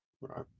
Right